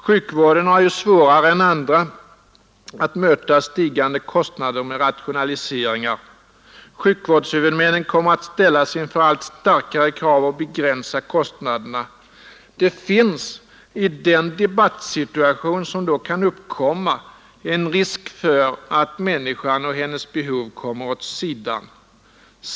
Sjukvården har ju svårare än andra att möta stigande kostnader med rationaliseringar. Sjukvårdshuvudmännen kommer att ställas inför allt starkare krav att begränsa kostnaderna. Det finns i den debattsituation som då kan uppkomma en risk för att människan och hennes behov kommer åt sidan.